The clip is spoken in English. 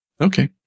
Okay